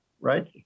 right